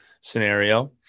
scenario